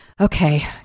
Okay